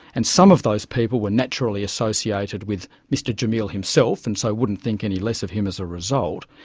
and some of those people were naturally associated with mr jamil himself and so wouldn't think any less of him as a result,